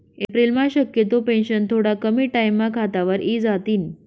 एप्रिलम्हा शक्यतो पेंशन थोडा कमी टाईमम्हा खातावर इजातीन